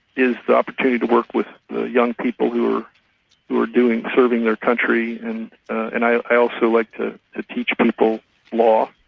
the opportunity to work with the young people who are who are doing. serving their country and and i i also like to ah teach people law,